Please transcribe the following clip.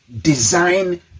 design